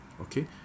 Okay